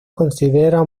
considera